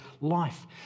life